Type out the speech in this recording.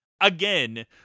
again